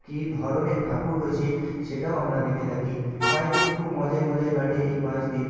কী ধরনের ঠাকুর হয়েছে সেটাও আমরা দেখে থাকি পাঁচ দিন খুব মজায় মজায় কাটে এই পাঁচ দিন